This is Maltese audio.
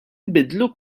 nbiddlu